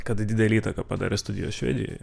kad didelę įtaką padarė studijos švedijoje